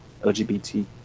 LGBT